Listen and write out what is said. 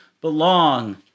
belong